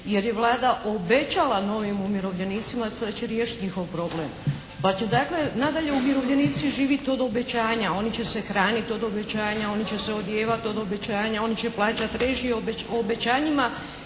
jer je Vlada obećala novim umirovljenicima da će riješiti njihov problem pa će dakle nadalje umirovljenici živjeti od obećanja, oni će se hraniti od obećanja, oni će se odijevati od obećanja, oni će plaćati režije obećanjima